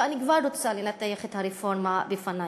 ואני כבר רוצה לנתח את הרפורמה בפנייך: